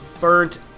burnt